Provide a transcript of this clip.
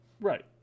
Right